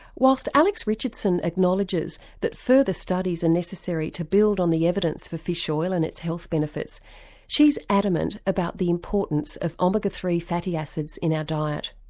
whilst alex richardson acknowledges that further studies are and necessary to build on the evidence for fish oil and its health benefits she's adamant about the importance of omega three fatty acids in our diet.